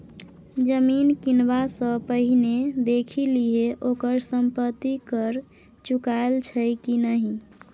जमीन किनबा सँ पहिने देखि लिहें ओकर संपत्ति कर चुकायल छै कि नहि?